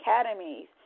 academies